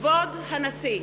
כבוד הנשיא!